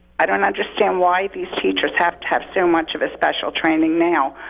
i don't understand why these teachers have to have so much of a special training now,